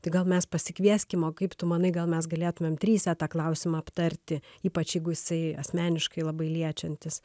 tai gal mes pasikvieskim o kaip tu manai gal mes galėtumėm trise tą klausimą aptarti ypač jeigu jisai asmeniškai labai liečiantis